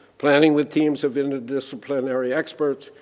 planning with teams of interdisciplinary experts,